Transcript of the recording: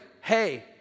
hey